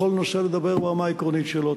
בכל נושא, לדבר ברמה העקרונית שלו.